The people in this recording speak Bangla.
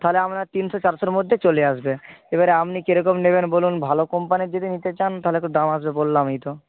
তাহলে আপনার তিনশো চারশোর মধ্যে চলে আসবে এবারে আপনি কীরকম নেবেন বলুন ভালো কোম্পানির যদি নিতে চান তাহলে তো দাম আসবে বললামই তো